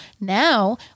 now